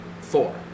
four